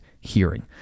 hearing